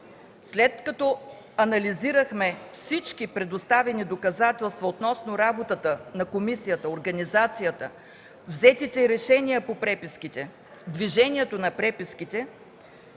след като анализирахме всички предоставени доказателства относно работата на комисията, организацията, взетите решения по преписките, движенията на преписките,